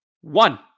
one